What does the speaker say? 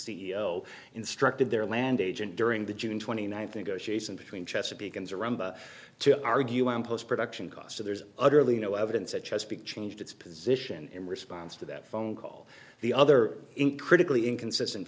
o instructed their land agent during the june twenty ninth negotiation between chesapeake and to argue on post production cost so there's utterly no evidence that chesapeake changed its position in response to that phone call the other in critically inconsistent